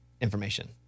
Information